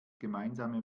gemeinsame